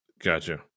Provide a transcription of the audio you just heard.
Gotcha